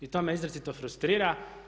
I to me izrazito frustrira.